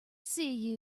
see